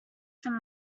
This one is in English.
from